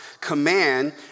command